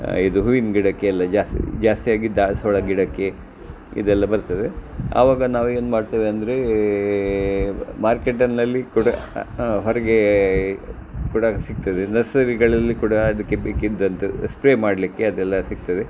ಇದು ಹೂವಿನ ಗಿಡಕ್ಕೆಲ್ಲ ಜಾಸ್ತಿ ಜಾಸ್ತಿಯಾಗಿ ದಾಸವಾಳ ಗಿಡಕ್ಕೆ ಇದೆಲ್ಲ ಬರ್ತದೆ ಆವಾಗ ನಾವು ಏನ್ಮಾಡ್ತೆವೆ ಅಂದರೆ ಮಾರ್ಕೆಟಿನಲ್ಲಿ ಕೂಡ ಹೊರಿಗೆ ಕೂಡ ಸಿಗ್ತದೆ ನರ್ಸರಿಗಳಲ್ಲಿ ಕೂಡ ಅದಕ್ಕೆ ಬೇಕಿದ್ದಂತೆ ಸ್ಪ್ರೇ ಮಾಡಲಿಕ್ಕೆ ಅದೆಲ್ಲ ಸಿಗ್ತದೆ